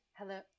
hello